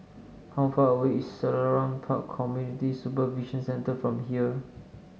how far away is Selarang Park Community Supervision Centre from here